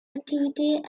activités